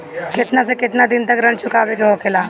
केतना से केतना दिन तक ऋण चुकावे के होखेला?